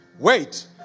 Wait